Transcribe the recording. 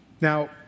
Now